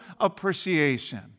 appreciation